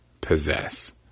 possess